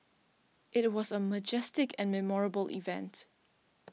it was a majestic and memorable event